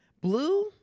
blue